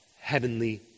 heavenly